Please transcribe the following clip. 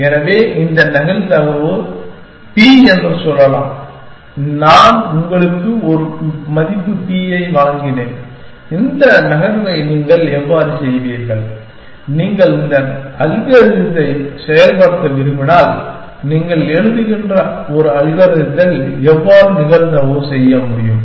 எனவே இந்த நிகழ்தகவு p என்று சொல்லலாம் நான் உங்களுக்கு ஒரு மதிப்பு p ஐ வழங்கினேன் இந்த நகர்வை நீங்கள் எவ்வாறு செய்வீர்கள் நீங்கள் இந்த அல்காரிதத்தை செயல்படுத்த விரும்பினால் நீங்கள் எழுதுகின்ற ஒரு அல்காரிதத்தில் எவ்வாறு நிகழ்தகவு செய்ய முடியும்